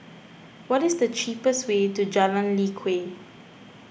what is the cheapest way to Jalan Lye Kwee